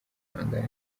guhangana